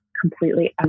completely